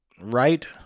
right